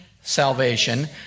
salvation